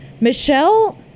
Michelle